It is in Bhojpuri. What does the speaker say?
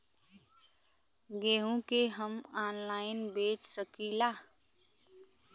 गेहूँ के हम ऑनलाइन बेंच सकी ला?